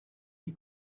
die